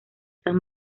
san